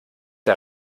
der